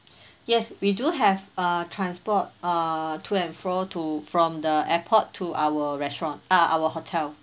yes we do have a transport err to and fro to from the airport to our restaurant err our hotel